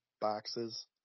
boxes